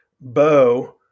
Bo